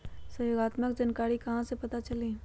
सहयोगात्मक जानकारी कहा से पता चली?